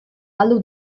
galdu